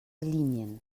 linien